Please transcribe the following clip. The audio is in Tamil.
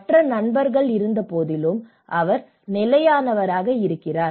மற்ற நண்பர்கள் இருந்தபோதிலும் அவர் நிலையானவராக இருக்கிறார்